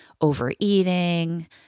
overeating